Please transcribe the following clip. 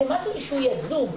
כדבר יזום.